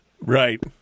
right